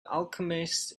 alchemist